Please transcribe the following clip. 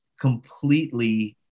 completely